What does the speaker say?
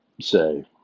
say